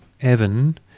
Evan